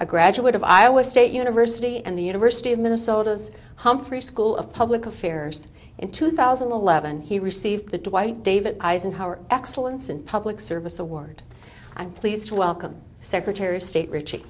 a graduate of iowa state university and the university of minnesota's humphrey school of public affairs in two thousand and eleven he received the dwight david eisenhower excellence in public service award i'm pleased to welcome secretary of state rich